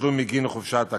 כתשלום בגין חופשת הקיץ.